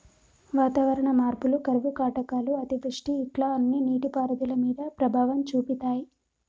వాతావరణ మార్పులు కరువు కాటకాలు అతివృష్టి ఇట్లా అన్ని నీటి పారుదల మీద ప్రభావం చూపితాయ్